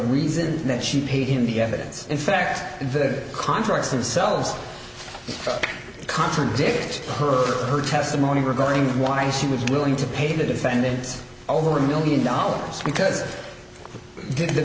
reason that she paid in the evidence in fact the contracts themselves contradict her or her testimony regarding why she was willing to pay the defendants over a million dollars because